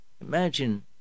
imagine